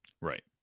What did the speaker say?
Right